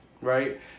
right